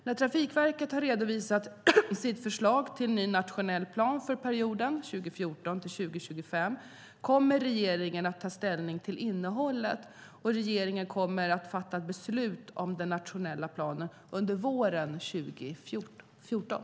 När Trafikverket har redovisat sitt förslag till ny nationell plan för perioden 2014-2025 kommer regeringen att ta ställning till innehållet. Regeringen kommer att fatta beslut om den nationella planen under våren 2014.